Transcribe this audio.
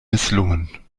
misslungen